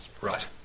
Right